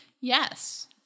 Yes